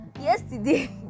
Yesterday